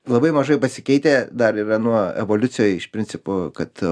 labai mažai pasikeitę dar ir nuo evoliucijoj iš principo kad